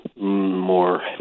more